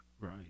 Right